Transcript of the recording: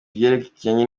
ibyerekeranye